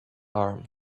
arm